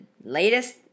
latest